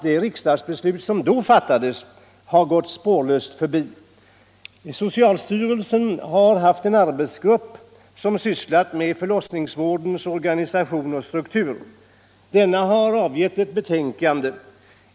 Det riksdagsbeslut som då fattades har inte gått spårlöst förbi. Socialstyrelsen har haft en arbetsgrupp som har sysslat med förlossningsvårdens organisation och struktur. Denna har avgivit ett betänkande.